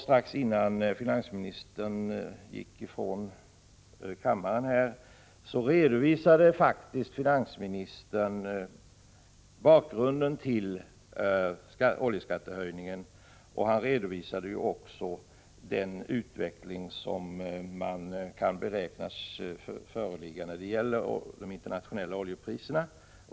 Strax innan finansministern lämnade kammaren redovisade han bakgrunden till oljeskattehöjningen och också den utveckling som man kan förutse när det gäller de internationella oljepriserna.